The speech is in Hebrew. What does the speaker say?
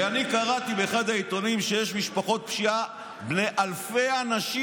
אני קראתי באחד העיתונים שיש משפחות פשיעה בנות אלפי האנשים.